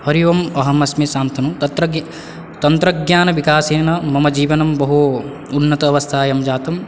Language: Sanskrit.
हरि ओम् अहमस्मि शन्तनुः तत्रगि तन्त्रज्ञानविकासेन मम जीवनं बहु उन्नतावस्थायं जातम्